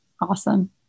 awesome